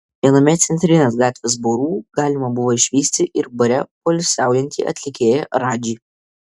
viename centrinės gatvės barų galima buvo išvysti ir bare poilsiaujantį atlikėją radžį